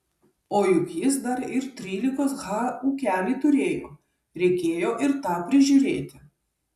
o juk jis dar ir trylikos ha ūkelį turėjo reikėjo ir tą prižiūrėti